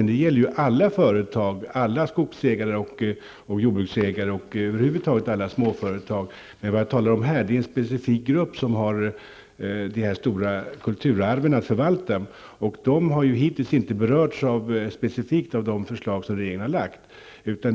bra. Men det gäller alla företag; alla skogsägare, jordbruksägare och över huvud taget alla småföretag. Det jag talar om här är en specifik grupp som har de här stora kulturarven att förvalta. De har hittills inte berörts av de förslag som regeringen har lagt fram.